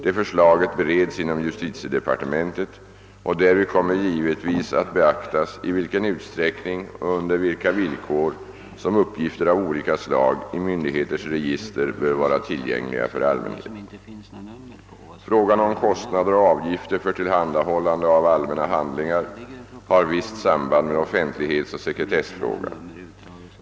Detta förslag bereds inom justitiedepartementet, och därvid kommer givetvis att beaktas i vilken utsträckning och under vilka villkor som uppgifter av olika slag i myndigheters register bör vara tillgängliga för allmänheten. Frågan om kostnader och avgifter för tillhandahållande av allmänna handlingar har visst samband med offentlighetsoch sekretessfrågan.